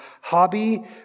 hobby